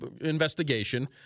investigation